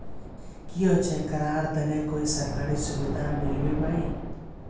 की होचे करार तने कोई सरकारी सुविधा मिलबे बाई?